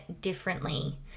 differently